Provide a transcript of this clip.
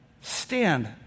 stand